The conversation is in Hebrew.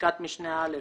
בפסקת משנה (א),